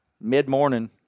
mid-morning